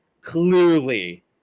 clearly